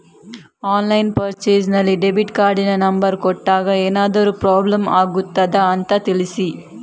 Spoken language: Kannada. ಆನ್ಲೈನ್ ಪರ್ಚೇಸ್ ನಲ್ಲಿ ಡೆಬಿಟ್ ಕಾರ್ಡಿನ ನಂಬರ್ ಕೊಟ್ಟಾಗ ಏನಾದರೂ ಪ್ರಾಬ್ಲಮ್ ಆಗುತ್ತದ ಅಂತ ತಿಳಿಸಿ?